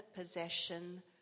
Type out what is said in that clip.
possession